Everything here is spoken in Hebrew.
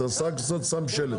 רק שם שלט.